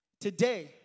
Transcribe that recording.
today